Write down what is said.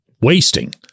wasting